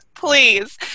please